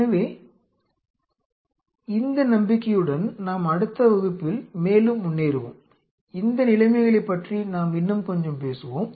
எனவே இந்த நம்பிக்கையுடன் நாம் அடுத்த வகுப்பில் மேலும் முன்னேறுவோம் இந்த நிலைமைகளைப் பற்றி நாம் இன்னும் கொஞ்சம் பேசுவோம்